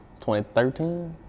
2013